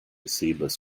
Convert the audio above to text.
seedless